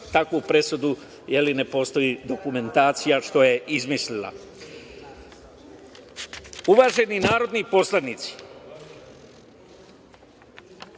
takvu presudu ne postoji dokumentacija, što je izmislila. Uvaženi narodni poslanici,